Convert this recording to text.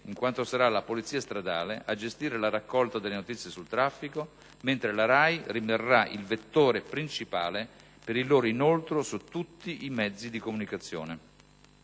in quanto sarà la Polizia stradale a gestire la raccolta delle notizie sul traffico, mentre la RAI resterà il "vettore" principale per il loro inoltro su tutti i mezzi di comunicazione.